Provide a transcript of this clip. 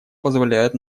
позволяют